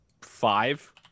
five